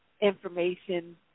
information